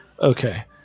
Okay